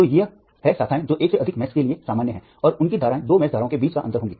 तो ये हैं शाखाएँ जो एक से अधिक मेष के लिए सामान्य हैं और उनकी धाराएँ दो मेष धाराओं के बीच का अंतर होंगी